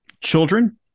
Children